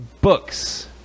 books